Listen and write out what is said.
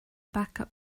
backup